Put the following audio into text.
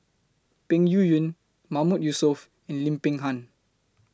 Peng Yuyun Mahmood Yusof Lim Peng Han